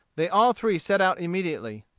they all three set out immediately,